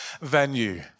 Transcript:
venue